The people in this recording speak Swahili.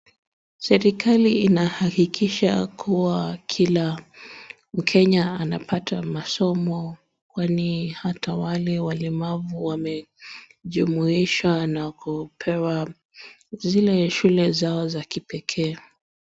Serikali inahakikisha kila mkenya anapata masoma, kwani hata wale walemavu wamejumuishwa na kupewa zile shule zao za kipekee.